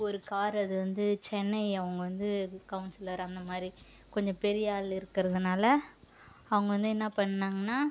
ஒரு கார் அது வந்து சென்னை அவங்க வந்து கவுன்சிலர் அந்த மாதிரி கொஞ்சம் பெரியாளு இருக்கிறதுனால அவங்க வந்து என்ன பண்ணிணாங்கன்னா